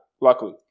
luckily